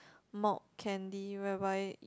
malt candy whereby